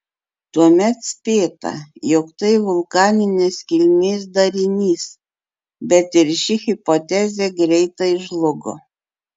tuomet spėta jog tai vulkaninės kilmės darinys bet ir ši hipotezė greitai žlugo